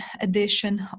edition